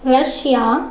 Russia